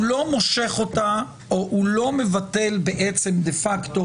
הוא לא מושך אותה או הוא לא מבטל דה פקטו